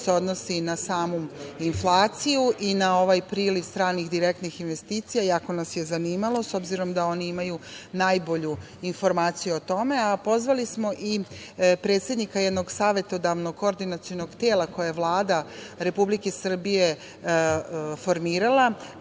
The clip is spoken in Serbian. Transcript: se odnosi na samu inflaciju i na ovaj priliv stranih direktnih investicija, jako nas je zanimalo, s obzirom da oni imaju najbolju informaciju o tome. Pozvali smo i predsednika jednog savetodavnog koordinacionog tela koje je Vlada Republike Srbije formirala,